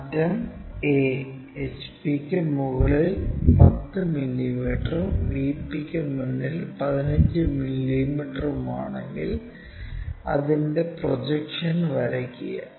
അറ്റം A HPക്ക് മുകളിൽ 10 മില്ലീമീറ്ററും VPക്ക് മുന്നിൽ 15 മില്ലീമീറ്ററുമാണെങ്കിൽ അതിൻറെ പ്രൊജക്ഷൻ വരയ്ക്കുക